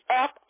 up